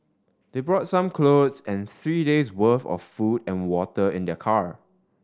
they brought some clothes and three days worth of food and water in their car